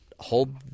Hold